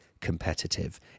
competitive